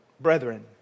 Brethren